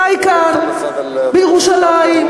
חי כאן בירושלים,